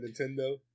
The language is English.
Nintendo